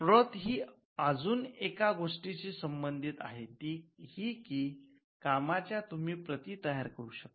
प्रत ही आजून एका गोष्टीशी संबंधित आहे ती ही की कामाच्या तुम्ही प्रती तयार करू शकतात